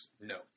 No